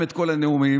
בושו והיכלמו.